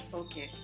okay